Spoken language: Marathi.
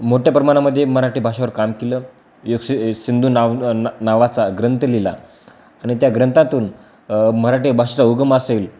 मोठ्या प्रमाणामध्ये मराठी भाषेवर काम केलं विवेक स सिंधू नाव ना नावाचा ग्रंथ लिहिला आणि त्या ग्रंथातून मराठी भाषेचा उगम असेल